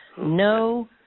No